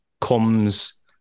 comes